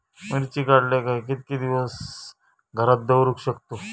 मिर्ची काडले काय कीतके दिवस घरात दवरुक शकतू?